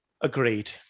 Agreed